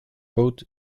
boat